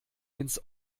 ins